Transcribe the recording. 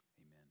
amen